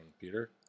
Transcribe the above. Peter